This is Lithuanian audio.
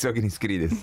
tiesioginis skrydis